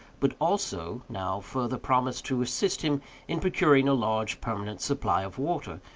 but, also, now farther promised to assist him in procuring a large permanent supply of water,